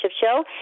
Show